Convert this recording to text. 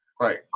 Right